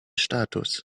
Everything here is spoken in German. status